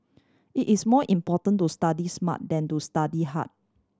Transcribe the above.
it is more important to study smart than to study hard